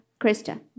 Krista